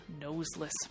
noseless